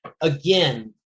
Again